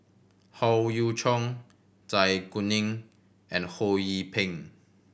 Howe Yoon Chong Zai Kuning and Ho Yee Ping